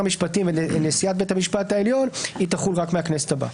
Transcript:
המשפטים ואת נשיאת בית המשפט העליון תחול רק מהכנסת הבאה.